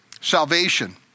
salvation